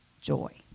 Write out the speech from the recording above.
joy